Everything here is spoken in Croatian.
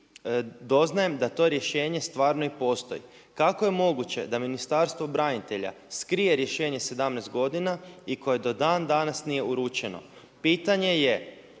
doznajem da to rješenje stvarno i postoji. Kako je moguće da Ministarstvo branitelja skrije rješenje 17 godina i koje do dan danas nije uručeno? Pitanje je